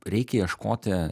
reikia ieškoti